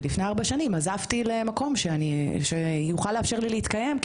ולפני ארבע שנים עזבתי למקום שיכול לאפשר לי להתקיים.